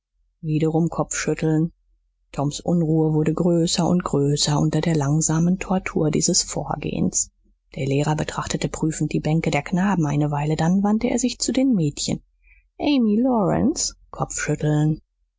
wiederum kopfschütteln toms unruhe wurde größer und größer unter der langsamen tortur dieses vorgehens der lehrer betrachtete prüfend die bänke der knaben eine weile dann wandte er sich zu den mädchen amy lawrence kopfschütteln